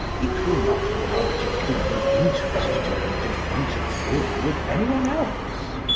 it will not be an object of any interest to him to interfere with anyone else.